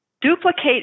duplicate